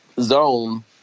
zone